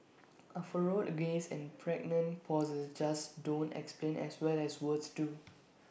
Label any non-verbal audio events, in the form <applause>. <noise> A furrowed gaze and pregnant pauses just don't explain as well as words do